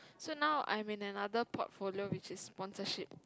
so now I'm in another portfolio which is sponsorship